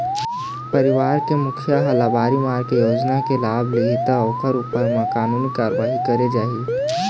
परवार के मुखिया ह लबारी मार के योजना के लाभ लिहि त ओखर ऊपर कानूनी कारवाही करे जाही